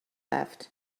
left